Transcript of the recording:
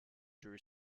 drew